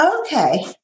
Okay